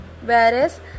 whereas